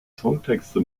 songtexte